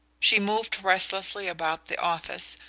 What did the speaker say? she moved restlessly about the office,